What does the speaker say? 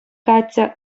катя